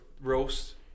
roast